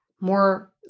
more